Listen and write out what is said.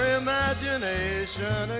imagination